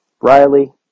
Riley